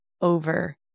over